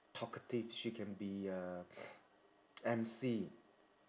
talkative she can be uh emcee